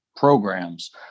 programs